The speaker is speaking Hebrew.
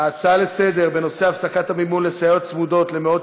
ההצעה לסדר-היום בנושא: הפסקת המימון לסייעות צמודות למאות